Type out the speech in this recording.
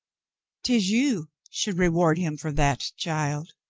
tis you should reward him for that, child,